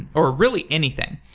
or really anything,